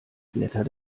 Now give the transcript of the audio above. blätter